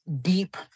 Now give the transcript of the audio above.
deep